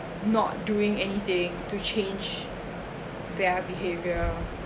not doing anything to change their behaviour